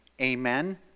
Amen